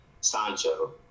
Sancho